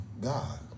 God